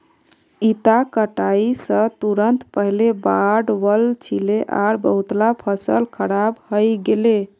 इता कटाई स तुरंत पहले बाढ़ वल छिले आर बहुतला फसल खराब हई गेले